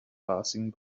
passing